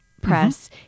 press